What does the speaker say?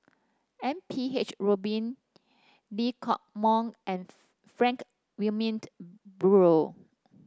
M P H Rubin Lee Hock Moh and Frank Wilmin Brewer